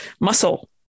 muscle